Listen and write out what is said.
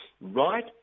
right